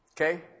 Okay